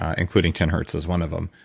including ten hertz was one of them.